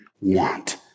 want